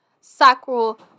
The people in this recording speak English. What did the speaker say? sacral